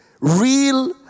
real